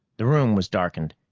the room was darkened,